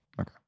Okay